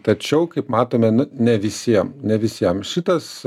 tačiau kaip matome nu ne visiem ne visiem šitas